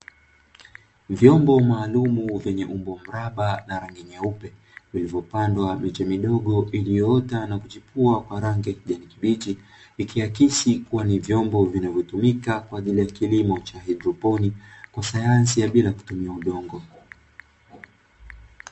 Vyombo maalumu vyenye umbo mraba na rangi nyeupe, vilivyopandwa miche midogo iliyoota na kuchipua kwa rangi ya kijani kibichi, ikiakisi kuwa ni vyombo vinavyotumika kwa ajili ya kilimo cha haidroponi kwa sayansi ya bila kutumia udongo.